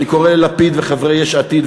אני קורא ללפיד ולחברי יש עתיד,